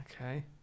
Okay